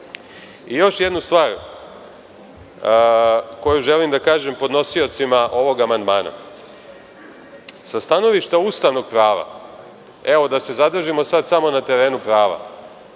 itd. Još jednu stvar koju želim da kažem podnosiocima ovog amandmana. Sa stanovišta ustavnog prava, evo, da se zadržimo samo na terenu prava,